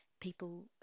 people